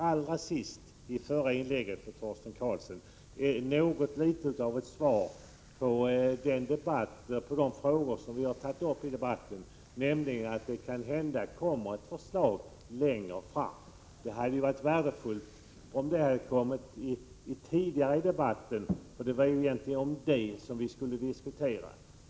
Allra sist i Torsten Karlssons förra inlägg kom något litet av ett svar på de frågor som vi har tagit upp i debatten, nämligen att det kanhända kommer ett förslag längre fram. Det hade varit värdefullt om det beskedet hade kommit tidigare i debatten, eftersom det egentligen var detta som vi skulle diskutera.